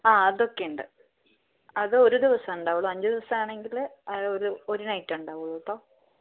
അ അതൊക്കെയുണ്ട് അത് ഒരു ദിവസമേ ഉണ്ടാവുള്ളു അഞ്ചു ദിവസമാണെങ്കിൽ ഒരു നൈറ്റേ ഉണ്ടാവുള്ളു കേട്ടോ